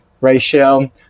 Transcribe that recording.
ratio